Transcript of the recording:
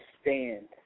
stand